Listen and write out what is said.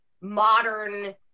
modern